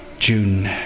June